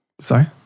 Sorry